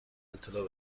اطلاع